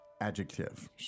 adjective